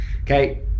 okay